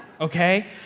Okay